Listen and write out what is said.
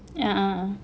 yeah (uh huh)